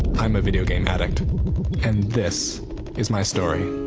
i'm a video game addict and this is my story.